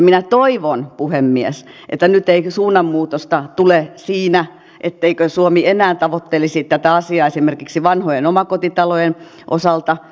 minä toivon puhemies että nyt ei suunnanmuutosta tule siinä etteikö suomi enää tavoittelisi tätä asiaa esimerkiksi vanhojen omakotitalojen osalta